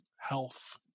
health